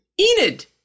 Enid